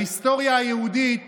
ההיסטוריה היהודית